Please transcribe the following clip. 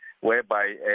whereby